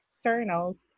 externals